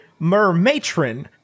Mermatron